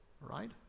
right